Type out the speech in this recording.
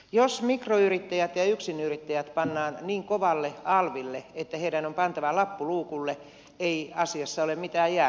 jos mikroyrittäjät ja yksinyrittäjät pannaan niin kovalle alville että heidän on pantava lappu luukulle ei asiassa ole mitään järkeä